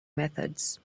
methods